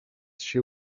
się